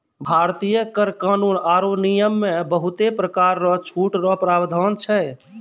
भारतीय कर कानून आरो नियम मे बहुते परकार रो छूट रो प्रावधान छै